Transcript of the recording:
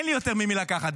אין לי יותר ממי לקחת.